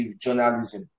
journalism